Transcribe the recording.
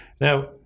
Now